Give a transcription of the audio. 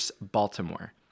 Baltimore